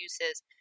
uses